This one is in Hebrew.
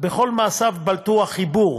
בכל מעשיו בלטו החיבור